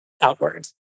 outwards